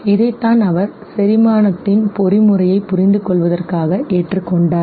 இதைத்தான் அவர் செரிமானத்தின் பொறிமுறையைப் புரிந்து கொள்வதற்காக ஏற்றுக்கொண்டார்